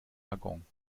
wagon